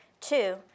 Two